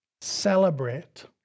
celebrate